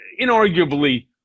inarguably